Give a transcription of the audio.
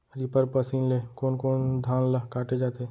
Reaper machine ले कोन कोन धान ल काटे जाथे?